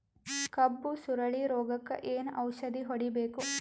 ಕಬ್ಬು ಸುರಳೀರೋಗಕ ಏನು ಔಷಧಿ ಹೋಡಿಬೇಕು?